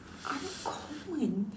uncommon